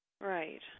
Right